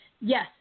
yes